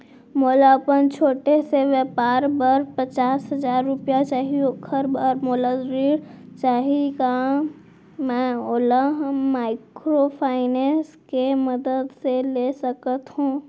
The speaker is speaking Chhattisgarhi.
मोला अपन छोटे से व्यापार बर पचास हजार रुपिया चाही ओखर बर मोला ऋण चाही का मैं ओला माइक्रोफाइनेंस के मदद से ले सकत हो?